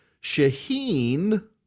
Shaheen